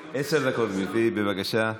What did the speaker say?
יפה.